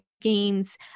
gains